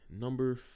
Number